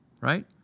right